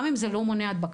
גם אם זה לא מונע הדבקה,